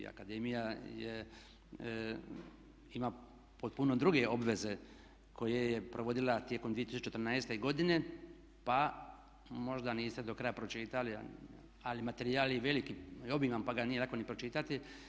Akademija ima potpuno druge obveze koje je provodila tokom 2014. godine pa možda niste do kraja pročitali ali materijal je veliki i obiman pa ga nije lako ni pročitati.